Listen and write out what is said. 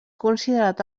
considerat